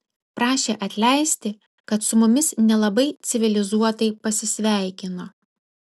prašė atleisti kad su mumis nelabai civilizuotai pasisveikino